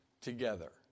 together